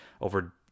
over